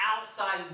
outside